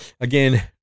again